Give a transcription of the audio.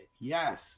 Yes